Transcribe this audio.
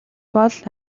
бол